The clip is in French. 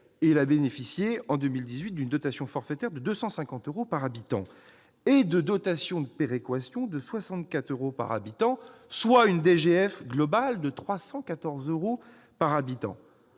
elle a bénéficié en 2018 d'une dotation forfaitaire de 250 euros par habitant, et de dotations de péréquation de 64 euros par habitant, soit une DGF globale de 314 euros par habitant.